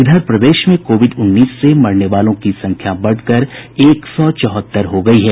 इधर प्रदेश में कोविड उन्नीस से मरने वालों की संख्या बढ़कर एक सौ चौहत्तर हो गयी है